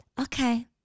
Okay